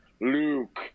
luke